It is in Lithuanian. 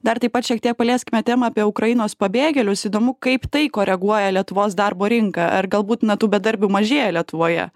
dar taip pat šiek tiek palieskime temą apie ukrainos pabėgėlius įdomu kaip tai koreguoja lietuvos darbo rinką ar galbūt na tų bedarbių mažėja lietuvoje